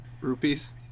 rupees